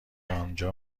آنجا